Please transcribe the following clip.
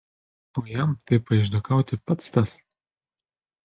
o jam taip paišdykauti pats tas